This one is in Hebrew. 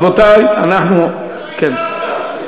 רבותי, אנחנו, אתה לא השבת.